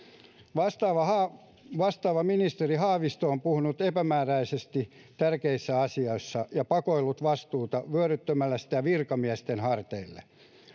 vastaava ministeri haavisto on puhunut epämääräisesti tärkeissä asioissa ja pakoillut vastuuta vyöryttämällä sitä virkamiesten harteille